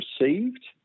received